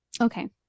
Okay